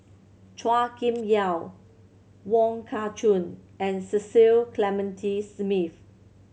Chua Kim Yeow Wong Kah Chun and Cecil Clementi Smith